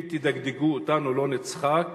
אם תדגדגו אותנו, לא נצחק?